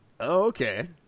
Okay